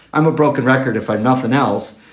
i'm a broken record. if i'm nothing else,